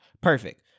Perfect